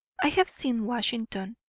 i have seen washington,